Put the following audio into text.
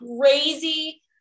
crazy